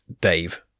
Dave